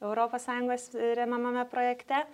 europos sąjungos remiamame projekte